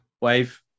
wave